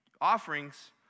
offerings